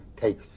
take